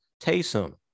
Taysom